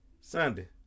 Sunday